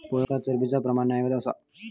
पोखरात चरबीचा प्रमाण नगण्य असा